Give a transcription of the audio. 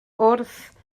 wrth